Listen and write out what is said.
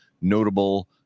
notable